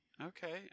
Okay